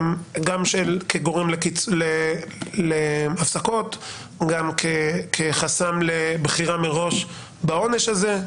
כגורם להפסקות וגם כחסם לבחירה מראש בעונש הזה,